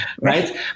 right